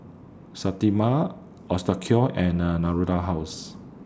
Sterimar Osteocare and Natura House